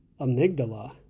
amygdala